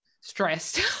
stressed